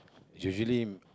usually